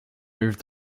moved